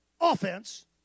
offense